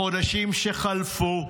בחודשים שחלפו,